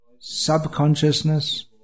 subconsciousness